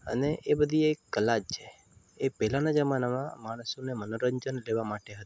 અને એ બધી એક કલા જ છે એ પહેલાંના જમાનામાં માણસોને મનોરંજન દેવા માટે હતું